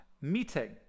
meeting